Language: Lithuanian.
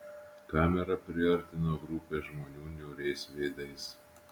kamera priartino grupę žmonių niūriais veidais